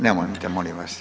Nemojte molim vas.